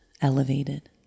elevated